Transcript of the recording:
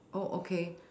oh okay